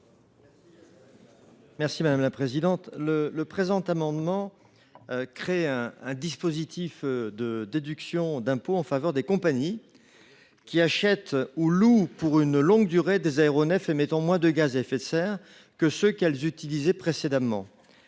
n° I 18 rectifié. Le présent amendement tend à créer un dispositif de déduction d’impôt en faveur des compagnies qui achètent ou louent pour une longue durée des aéronefs émettant moins de gaz à effet de serre que ceux qu’elles utilisaient précédemment.